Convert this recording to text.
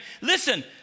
listen